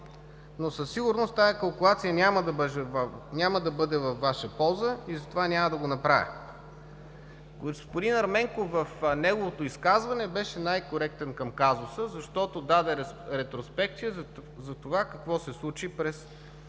ток. Със сигурност тази калкулация няма да бъде във Ваша полза и затова няма да го направя. Господин Ерменков в неговото изказване беше най-коректен към казуса, защото даде ретроспекция за това какво се случи през